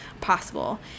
possible